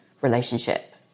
relationship